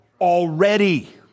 already